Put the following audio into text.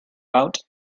out